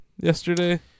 yesterday